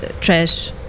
trash